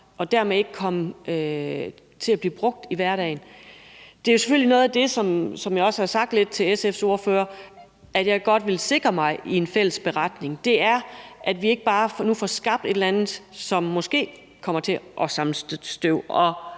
som dermed ikke kom til at blive brugt i hverdagen. Der vil jeg selvfølgelig også gerne, som jeg også lidt sagde det til SF's ordfører, sikre mig, at vi i forbindelse med en fælles beretning nu ikke bare får skabt et eller andet, som måske kommer til at stå og